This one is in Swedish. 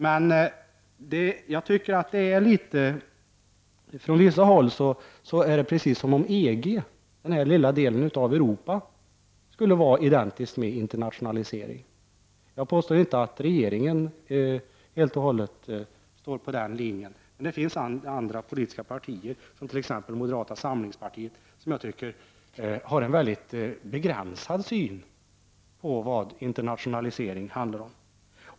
Men från vissa håll resonerar man som om EG, denna lilla del av Europa, ensam skulle stå för det internationella. Jag påstår inte att regeringen helt och hållet går på den linjen, men det finns andra, t.ex. moderata samlingspartiet, som jag tycker har en väldigt begränsad syn på vad internationalisering handlar om.